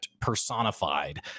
personified